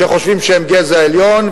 שחושבים שהם גזע עליון.